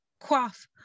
Quaff